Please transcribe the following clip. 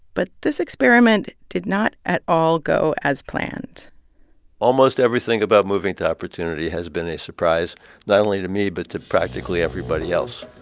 but this experiment did not at all go as planned almost everything about moving to opportunity has been a surprise not only to me but to practically everybody else